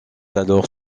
alors